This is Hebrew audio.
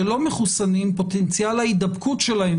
שלא מחוסנים פוטנציאל ההידבקות שלהם,